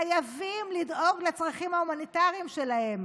חייבים לדאוג לצרכים ההומניטריים שלהם.